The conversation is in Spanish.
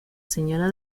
señora